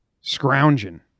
scrounging